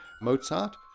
Mozart